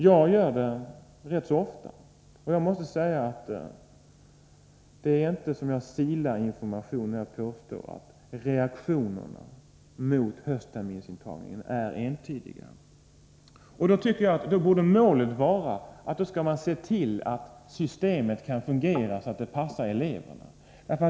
Jag gör det rätt ofta, och jag måste säga att jag inte silar informationen när jag påstår att reaktionerna mot intagning på höstterminsbetyget är entydiga. Jag tycker att målet borde vara att se till att systemet kan fungera så att det passar eleverna.